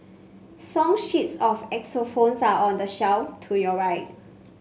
song sheets of xylophones are on the shelf to your right